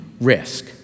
risk